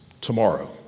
tomorrow